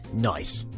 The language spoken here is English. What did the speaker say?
nice.